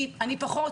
אני פחות.